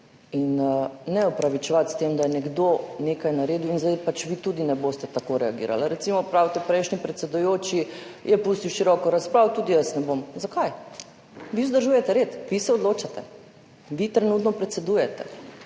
Ne opravičevati s tem, da je nekdo nekaj naredil in zdaj pač vi tudi ne boste tako reagirali. Recimo pravite: »Prejšnji predsedujoči je pustil široko razpravo, tudi jaz bom.« Zakaj? Vi vzdržujete red, vi se odločate. Vi trenutno predsedujete,